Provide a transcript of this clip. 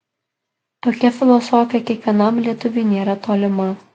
tokia filosofija kiekvienam lietuviui nėra tolima